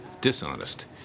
dishonest